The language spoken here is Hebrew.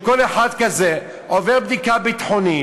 אבל לפחות אתה יודע שכל אחד כזה עובר בדיקה ביטחונית,